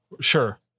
Sure